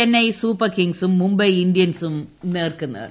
Chennai super കിങ്സും മുംബൈ ഇന്ത്യൻസും നേർക്കുനേർ